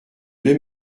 deux